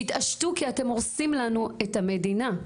תתעשתו כי אתם הורסים לנו את המדינה,